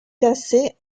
casser